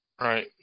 right